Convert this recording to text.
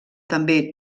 també